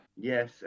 Yes